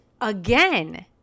again